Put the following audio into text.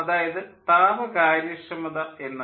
അതായത് താപ കാര്യക്ഷമത എന്നത്